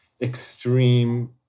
extreme